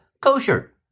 kosher